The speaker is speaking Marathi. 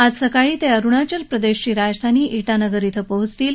आज सकाळी ते अरुणाचल प्रदेशची राजधानी ईटानगर क्विं पोचतील